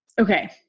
Okay